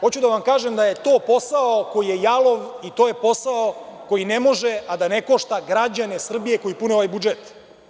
Hoću da vam kažem da je to posao koji je jalov i to je posao koji ne može a da ne košta građane Srbije koji pune ovaj budžet.